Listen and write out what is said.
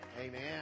amen